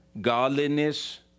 godliness